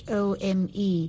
Home